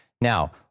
Now